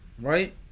right